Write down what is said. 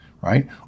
right